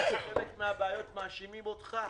חלק מהבעיות מאשימים אותך.